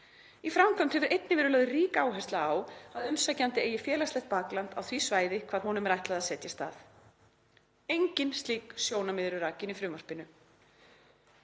Í framkvæmd hefur einnig verið lögð rík áhersla á að umsækjandi eigi félagslegt bakland á því svæði hvar honum er ætlað að setjast að. Engin slík sjónarmið eru rakin í frumvarpinu.“